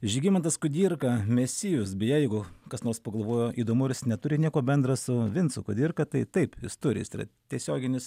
žygimantas kudirka mesijus bei jeigu kas nors pagalvojo įdomu ar jis neturi nieko bendro su vincu kudirka tai taip jis turi jis yra tiesioginis